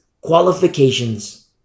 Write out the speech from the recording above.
qualifications